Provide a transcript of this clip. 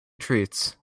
treats